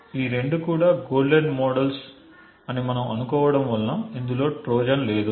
ఈ రెండు కూడా గోల్డెన్ మోడల్స్ అని మనము అనుకోవటం వలన ఇందులో ట్రోజన్ లేదు